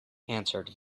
answered